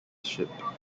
ship